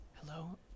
Hello